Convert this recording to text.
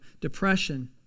depression